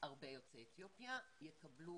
הרבה יוצאי אתיופיה יקבלו